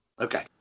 Okay